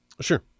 Sure